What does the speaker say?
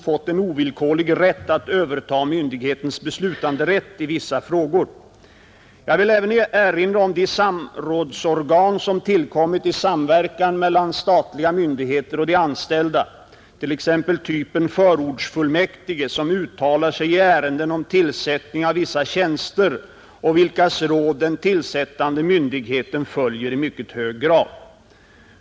Man blir så tagen, att man osökt kommer att tänka på Karl XIV Johans självkarakteristik: ”Ingen har fyllt en bana liknande min.” Och ändå tycks herr Löfberg och den socialdemokratiska regeringen vara tämligen ensamma om uppfattningen om sin oerhörda förträfflighet även i detta stycke, dvs. synen på och realiserandet av elementär företagsdemokrati i samband med utlokaliseringen av statlig verksamhet. Det hade faktiskt varit klädsamt med litet mindre bokstäver, när de egna insatserna skulle beskrivas i detta sammanhang.